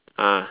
ah